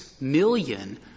million